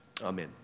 Amen